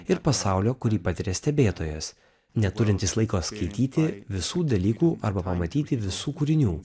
ir pasaulio kurį patiria stebėtojas neturintis laiko skaityti visų dalykų arba pamatyti visų kūrinių